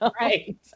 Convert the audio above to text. right